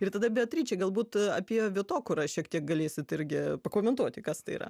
ir tada beatričė galbūt apie vietokūrą šiek tiek galėsit irgi pakomentuoti kas tai yra